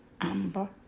Amber